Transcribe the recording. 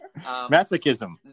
Masochism